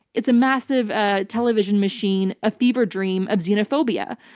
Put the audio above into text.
it's a massive ah television machine, a fever dream of xenophobia.